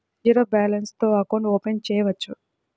Zero balance తో account open చేయవచ్చు?